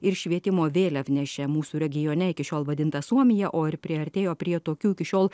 ir švietimo vėliavneše mūsų regione iki šiol vadintą suomiją o ir priartėjo prie tokių iki šiol